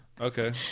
Okay